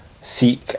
seek